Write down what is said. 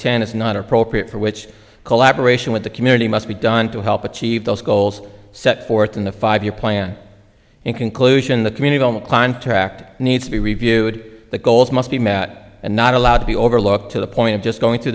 ten is not appropriate for which collaboration with the community must be done to help achieve those goals set forth in the five year plan in conclusion the community on the client tract needs to be reviewed the goals must be met and not allowed to be overlooked to the point of just going through